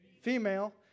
female